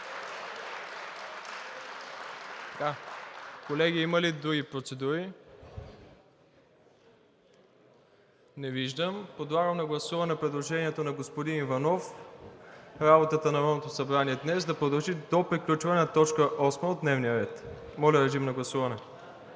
Колеги, има ли други процедури? Не виждам. Подлагам на гласуване предложението на господин Иванов работата на Народното събрание днес да продължи до приключване на точка осма от дневния ред. Гласували